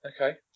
okay